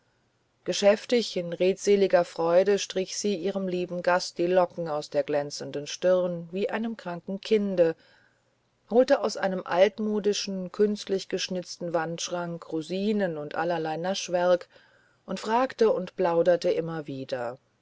geschäftig in redseliger freude strich sie ihrem lieben gast die locken aus der glänzenden stirn wie einem kranken kinde holte aus einem altmodischen künstlich geschnitzten wandschrank rosinen und allerlei naschwerk und fragte und plauderte immer wieder